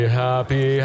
happy